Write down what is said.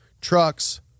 trucks